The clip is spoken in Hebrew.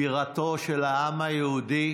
בירתו של העם היהודי.